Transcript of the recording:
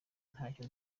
ntacyo